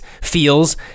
feels